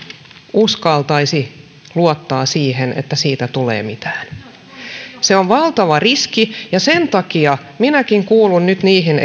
uskaltaisi luottaa siihen että siitä tulee mitään se on valtava riski ja sen takia minäkin kuulun nyt niihin